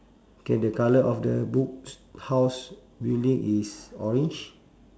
K the colour of the books house building is orange